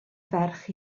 ferch